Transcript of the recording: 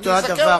אני אזכה אותו.